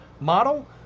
model